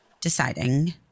deciding